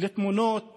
לתמונות